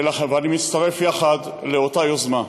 ואני מצטרף יחד לאותה יוזמה.